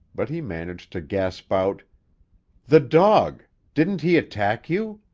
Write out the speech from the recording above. but he managed to gasp out the dog! didn't he attack you?